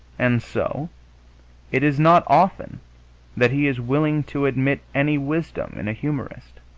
and so it is not often that he is willing to admit any wisdom in a humorist,